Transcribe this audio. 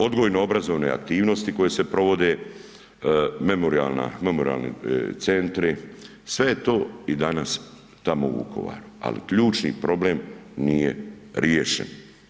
Odgojno obrazovne aktivnosti koje se provode, Memorijalni centri sve je to i danas tamo u Vukovaru, ali ključni problem nije riješen.